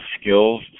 skills